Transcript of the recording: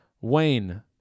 Wayne